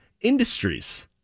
Industries